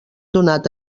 donat